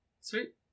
Sweet